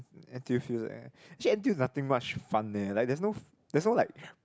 N_T_U fields eh actually N_T_U is nothing much fun eh like there's no there's no like